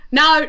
no